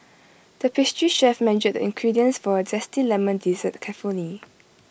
the pastry chef measured the ingredients for A Zesty Lemon Dessert carefully